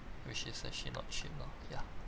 which is actually not cheap lor ya